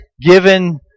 given